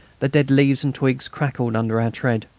the dead leaves and twigs crackled under our tread.